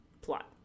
plot